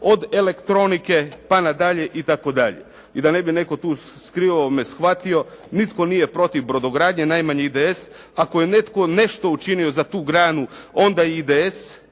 od elektronike pa nadalje itd.. I da ne bi netko tu krivo me shvatio, nitko nije protiv brodogradnje, najmanje IDS, ako je netko nešto učinio za tu granu, onda IDS,